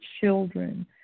children